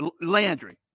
Landry